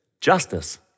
Justice